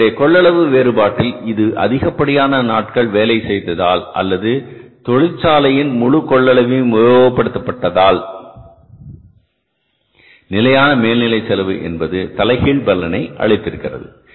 எனவே இதனுடைய கொள்ளளவு வேறுபாட்டில் இது அதிகப்படியான நாட்கள் வேலை செய்ததால் அல்லது தொழிற்சாலையின் முழு கொள்ளளவும் உபயோகப்படுத்தப் பட்டதால் நிலையான மேல் நிலை செலவு என்பது தலைகீழ் பலனை அளித்திருக்கிறது